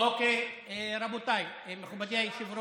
אין לכם במה לעסוק חוץ מלהט"בים כל היום?